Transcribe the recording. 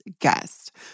guest